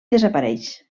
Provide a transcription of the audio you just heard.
desapareix